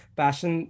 passion